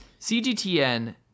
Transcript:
CGTN